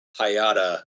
hayata